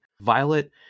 Violet